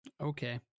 okay